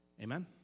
Amen